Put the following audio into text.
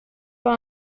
pas